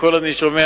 הכול אני שומע,